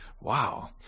wow